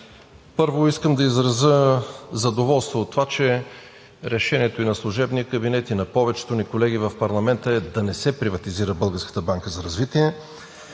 Първо, искам да изразя задоволство от това, че решението и на служебния кабинет, и на повечето ни колеги в парламента е да не се приватизира Българската